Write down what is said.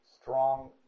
strong